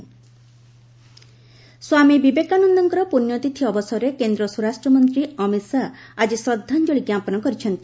ଅମିତ ଶାହା ବିବେକାନନ୍ଦ ସ୍ୱାମୀ ବିବେକାନନ୍ଦଙ୍କ ପୁଣ୍ୟତିଥି ଅବସରରେ କେନ୍ଦ୍ର ସ୍ୱରାଷ୍ଟ୍ର ମନ୍ତ୍ରୀ ଅମିତ ଶାହା ଆଜି ଶ୍ରଦ୍ଧାଞ୍ଜଳି ଜ୍ଞାପନ କରିଛନ୍ତି